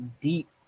deep